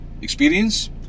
experience